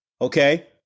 okay